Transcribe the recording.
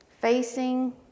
facing